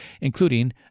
including